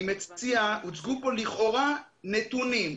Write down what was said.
הוצגו פה לכאורה נתונים,